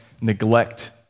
neglect